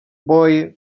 boj